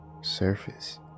surface